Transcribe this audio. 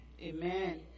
Amen